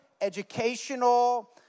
educational